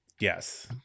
Yes